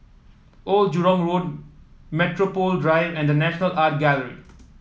Old Jurong Road Metropole Drive and The National Art Gallery